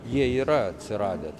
jie yra atsiradę